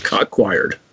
acquired